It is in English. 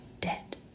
Dead